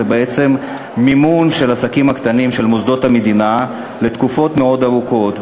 זה בעצם מימון מוסדות המדינה בידי העסקים הקטנים לתקופות מאוד ארוכות.